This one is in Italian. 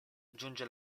giunge